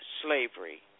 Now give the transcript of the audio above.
slavery